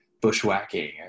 bushwhacking